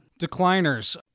Decliners